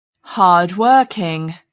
hardworking